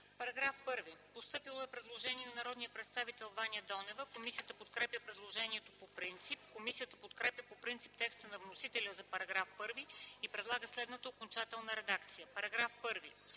По § 1 е постъпило предложение на народния представител Ваня Донева. Комисията подкрепя предложението по принцип. Комисията подкрепя по принцип текста на вносителя за § 1 и предлага следната окончателна редакция: „§ 1.